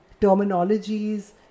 terminologies